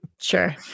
Sure